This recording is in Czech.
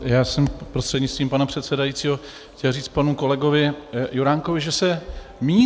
Já jsem prostřednictvím pana předsedajícího chtěl říct panu kolegovi Juránkovi, že se mýlí.